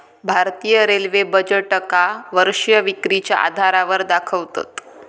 भारतीय रेल्वे बजेटका वर्षीय विक्रीच्या आधारावर दाखवतत